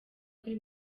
kuri